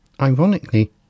Ironically